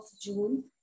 June